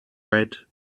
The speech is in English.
red